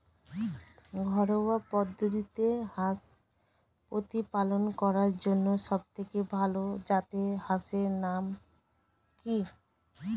ঘরোয়া পদ্ধতিতে হাঁস প্রতিপালন করার জন্য সবথেকে ভাল জাতের হাঁসের নাম কি?